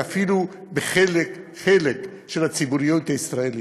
ואפילו בחלק מהציבוריות הישראלית.